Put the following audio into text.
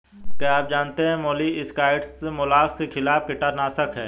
क्या आप जानते है मोलस्किसाइड्स मोलस्क के खिलाफ कीटनाशक हैं?